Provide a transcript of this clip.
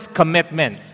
commitment